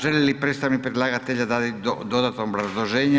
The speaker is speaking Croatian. Želi li predstavnik predlagatelj dati dodatno obrazloženje?